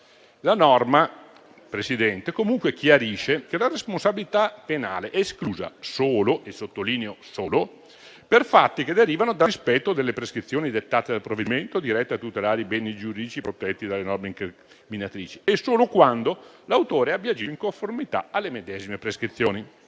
La norma comunque chiarisce che la responsabilità penale è esclusa solo - sottolineo: solo - per fatti che derivano dal rispetto delle prescrizioni dettate dal provvedimento diretto a tutelare i beni giuridici protetti dalle norme incriminatrici e solo quando l'autore abbia agito in conformità alle medesime prescrizioni.